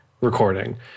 recording